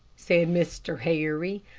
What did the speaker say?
said mr. harry.